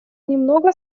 немного